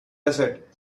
desert